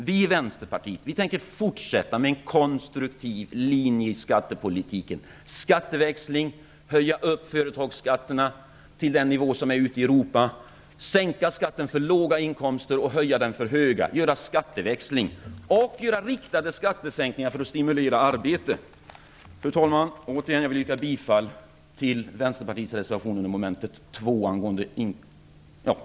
Vi i Vänsterpartiet tänker fortsätta med en konstruktiv linje i skattepolitiken. Den innebär skatteväxling, att man höjer företagsskatterna till den nivå som är ute i Europa, att man sänker skatterna för låga inkomster och höjer den för höga inkomster samt att man gör riktade skattesänkningar för att stimulera arbete. Fru talman! Jag vill återigen yrka bifall till Vänsterpartiets reservation under mom. 2, dvs. reservation